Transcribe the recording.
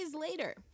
later